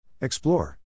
Explore